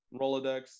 Rolodex